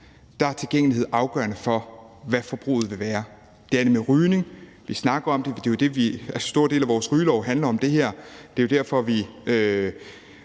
er tilgængelighed afgørende for, hvad forbruget vil være. Det er det med rygning, som vi snakker om, for en stor del af vores rygelov handler om det her; det er jo derfor, vi